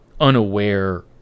unaware